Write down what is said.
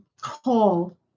call